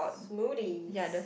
smoothies